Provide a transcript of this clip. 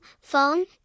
phone